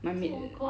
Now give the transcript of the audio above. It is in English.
my maid